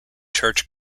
church